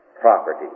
Property